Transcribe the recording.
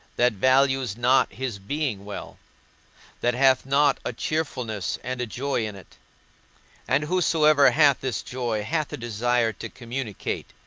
that values not his being well that hath not a cheerfulness and a joy in it and whosoever hath this joy hath a desire to communicate,